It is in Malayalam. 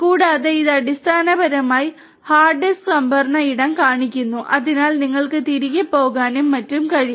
കൂടാതെ ഇത് അടിസ്ഥാനപരമായി ഹാർഡ് ഡിസ്ക് സംഭരണ ഇടം കാണിക്കുന്നു അതിനാൽ നിങ്ങൾക്ക് തിരികെ പോകാനും മറ്റും കഴിയും